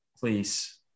Please